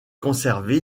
conservé